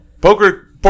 poker